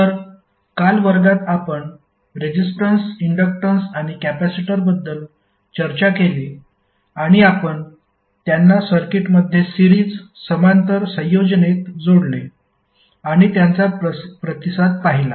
तर काल वर्गात आपण रेसिस्टन्स इन्डक्टन्स आणि कॅपेसिटन्सबद्दल चर्चा केली आणि आपण त्यांना सर्किटमध्ये सिरीज समांतर संयोजनेत जोडले आणि त्यांचा प्रतिसाद पाहिला